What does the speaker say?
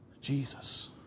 Jesus